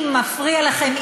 אם מפריע לכם,